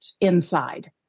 inside